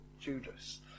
Judas